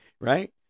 right